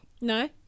No